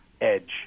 edge